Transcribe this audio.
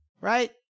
Right